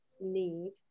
need